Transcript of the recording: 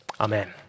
Amen